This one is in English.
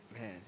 man